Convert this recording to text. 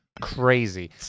Crazy